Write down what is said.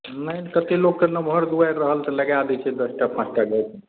ही कते लोकके नमहर दुआरि रहल तऽ लगाए दै छै दश टा पाँस टा गाछ